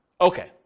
Okay